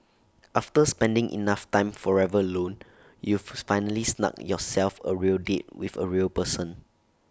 after spending enough time forever alone you've finally snugged yourself A real date with A real person